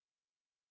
ya